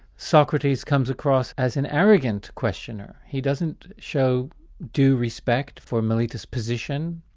socrates comes across as an arrogant questioner, he doesn't show due respect for meletus' position.